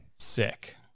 Sick